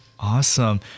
Awesome